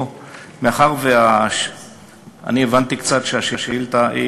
אני הבנתי קצת שהשאילתה,